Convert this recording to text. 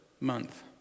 month